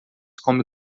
come